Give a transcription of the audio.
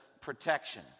protection